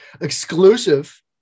Exclusive